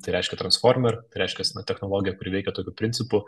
tai reiškia transformer reiškias na technologija kuri veikia tokiu principu